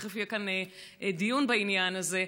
ותכף יהיה כאן דיון בעניין הזה,